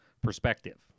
perspective